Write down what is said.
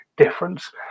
difference